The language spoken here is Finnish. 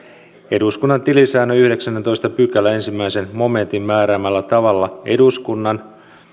eduskunnan tilisäännön yhdeksännentoista pykälän ensimmäisen momentin määräämällä tavalla eduskunnan